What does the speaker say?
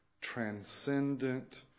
transcendent